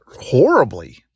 horribly